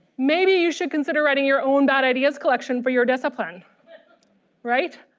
maybe you should consider writing your own bad ideas collection for your discipline right.